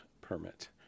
permit